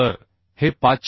तर हे 506